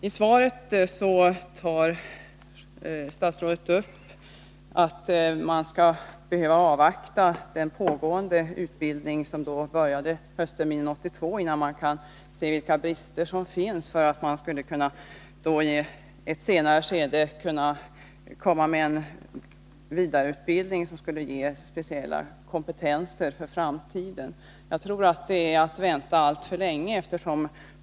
Statsrådet anför i sitt svar att man skulle behöva avvakta en genomgång av bristerna i den utbildning som började höstterminen 1982 och som nu pågår. Först därefter skulle det kunna anordnas en vidareutbildning som skulle leda till specialistkompetens på detta område. Jag tror att man i så fall får vänta alltför länge.